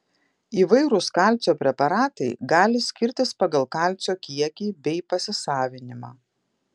įvairūs kalcio preparatai gali skirtis pagal kalcio kiekį bei pasisavinimą